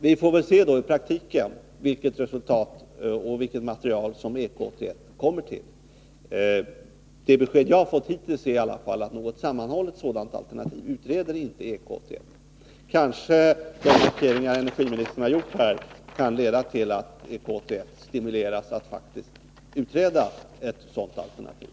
Vi får väl se vilket resultat som EK 81 kommer till. Det besked jag har fått hittills är i alla fall att EK 81 inte utreder något sådant sammanhållet alternativ. Kanske de uttalanden som industriministern har gjort här kan leda till att EK 81 stimuleras att faktiskt utreda ett sådant alternativ.